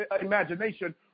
imagination